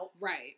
right